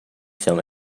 film